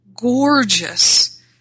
gorgeous